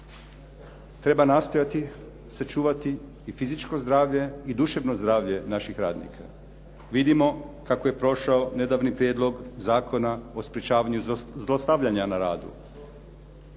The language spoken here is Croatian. Treba nastojati sačuvati i fizičko zdravlje i duševno zdravlje naših radnika. Vidimo kako je prošao nedavni prijedlog Zakona o sprječavanju zlostavljanja na radu.